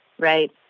right